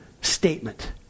statement